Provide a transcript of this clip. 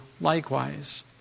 likewise